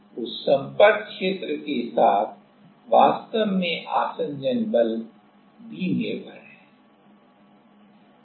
उस संपर्क क्षेत्र के साथ वास्तव में आसंजन बल भी निर्भर है